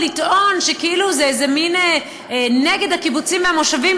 לטעון שכאילו זה נגד הקיבוצים והמושבים,